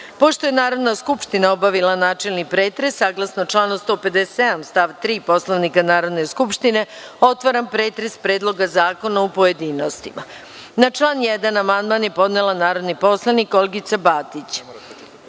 je Narodna skupština obavila načelni pretres, saglasno članu 157. stav 3. Poslovnika Narodne skupštine, otvaram pretres Predloga zakona u pojedinostima. Na član 1. amandman je podnela narodni poslanik Olgica Batić. Vlada